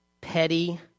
petty